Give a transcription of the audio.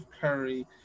Curry